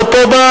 לא פה.